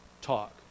talk